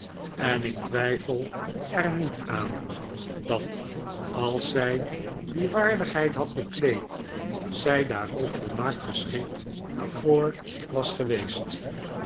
en ik twijfel er niet aan dat als zij die waardigheid had bekleed zij daar ook volmaakt geschikt voor was geweest